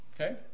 Okay